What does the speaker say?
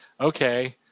okay